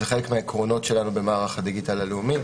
זה חלק מהעקרונות שלנו במערך הדיגיטל הלאומי.